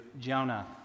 Jonah